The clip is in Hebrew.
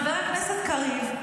חבר הכנסת קריב,